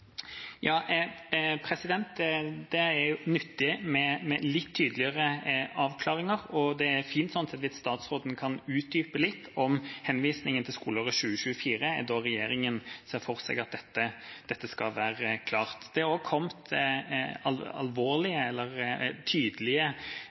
Det er nyttig med litt tydeligere avklaringer, og det er fint hvis statsråden kan utdype litt om henvisningen til skoleåret 2024–2025, da regjeringa ser for seg at dette skal være klart. Det er også kommet